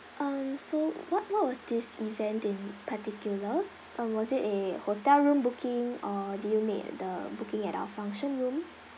um so what what was this event in particular um was it a hotel room booking or do you made the booking at our function room